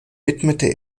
widmete